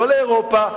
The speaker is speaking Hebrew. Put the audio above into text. לא לאירופה,